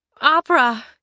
opera